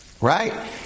Right